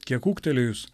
kiek ūgtelėjus